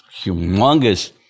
humongous